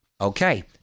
Okay